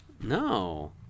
No